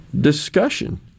discussion